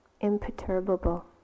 imperturbable